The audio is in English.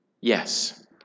Yes